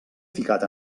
ficat